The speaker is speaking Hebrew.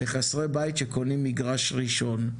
לחסרי בית שקונים מגרש ראשון.